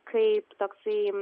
kaip toksai